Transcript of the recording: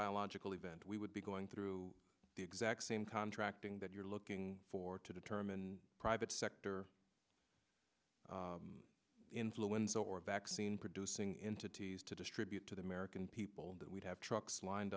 biological event we would be going through the exact same contracting that you're looking for to determine private sector influenza or vaccine producing into teas to distribute to the american people and that we have trucks lined